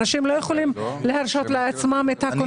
כי אנשים לא יכולים להרשות לעצמם את שמן